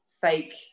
fake